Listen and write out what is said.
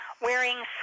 wearing